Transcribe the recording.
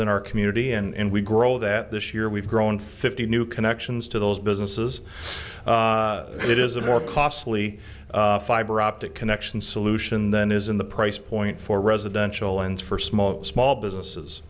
in our community and we grow that this year we've grown fifty new connections to those businesses it is a more costly fiberoptic connections solution than is in the price point for residential and for small small businesses